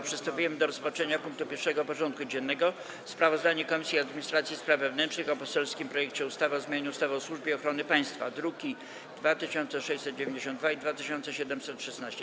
Przystępujemy do rozpatrzenia punktu 1. porządku dziennego: Sprawozdanie Komisji Administracji i Spraw Wewnętrznych o poselskim projekcie ustawy o zmianie ustawy o Służbie Ochrony Państwa (druki nr 2692 i 2716)